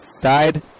died